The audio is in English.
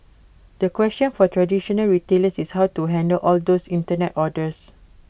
the question for traditional retailers is how to handle all those Internet orders